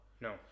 no